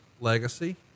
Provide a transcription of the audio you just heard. legacy